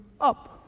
up